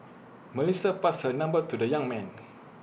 Melissa passed her number to the young man